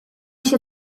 się